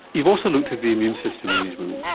you've also looked at the immune system in these women.